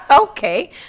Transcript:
Okay